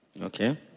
Okay